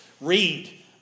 read